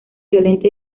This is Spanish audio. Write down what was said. violentas